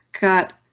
got